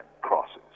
crosses